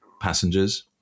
passengers